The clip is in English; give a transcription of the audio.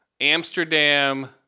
Amsterdam